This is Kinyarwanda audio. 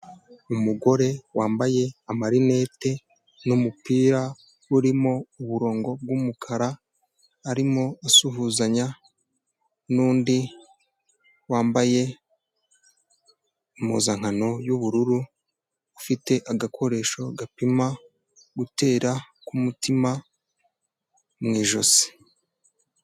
Umugore wambaye amarinete n'umupira urimo uburongo bw'umukara arimo asuhuzanya n'undi wambaye impuzankano y'ubururu, afite agakoresho gapima gutera k'umutima mu ijosi.